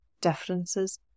differences